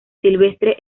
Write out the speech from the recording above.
silvestre